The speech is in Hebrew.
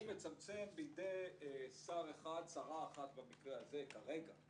הוא מצמצם בידי שר אחד - שרה אחת במקרה הזה כרגע,